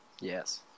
Yes